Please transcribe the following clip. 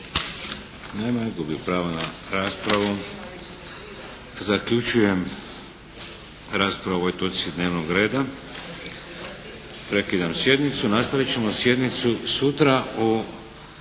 Nema je. Gubi pravo na raspravu. Zaključujem raspravu po ovoj točci dnevnog reda. Prekidam sjednicu. Nastavit ćemo sjednicu sutra u